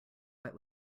wet